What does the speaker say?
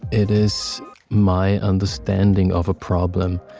it is my understanding of a problem.